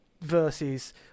versus